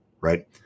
right